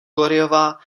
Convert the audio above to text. gloryová